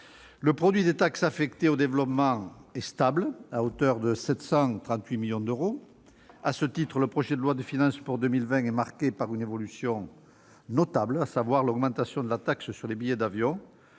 Le produit des taxes affectées au développement est stable, à hauteur de 738 millions d'euros. À cet égard, le projet de loi de finances pour 2020 est marqué par une évolution notable. La taxe de solidarité sur les billets d'avion